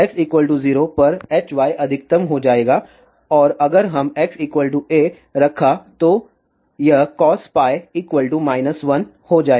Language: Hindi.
तो x 0 पर Hy अधिकतम हो जाएगा और अगर हम x a रखा यहाँ तो यह cos π 1 हो जाएगा